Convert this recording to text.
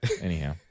anyhow